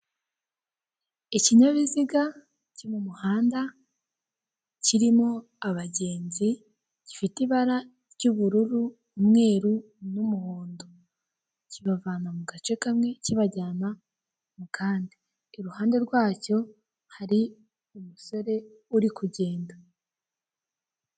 Ikinyabiziga cyo mu muhanda kirimo abagenzi gifite ibara ry'ubururu, umweru n'umuhondo kibavana mu gace kamwe kibajyana mu kandi iruhande rwacyo hari umusore urikugenda.